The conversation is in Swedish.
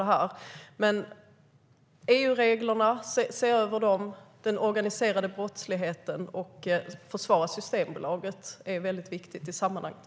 Att se över EU-reglerna, den organiserade brottsligheten och att försvara Systembolaget är väldigt viktigt i sammanhanget.